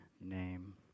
name